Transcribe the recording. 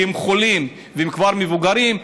שהם חולים וכבר מבוגרים,